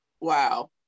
Wow